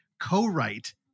co-write